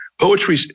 Poetry